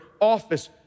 office